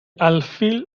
alfil